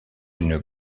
d’une